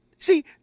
See